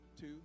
two